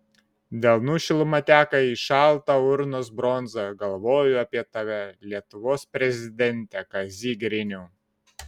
delnų šiluma teka į šaltą urnos bronzą galvoju apie tave lietuvos prezidente kazy griniau